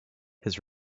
his